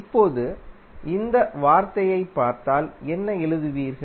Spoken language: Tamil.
இப்போது இந்த வார்த்தையைப் பார்த்தால் என்ன எழுதுவீர்கள்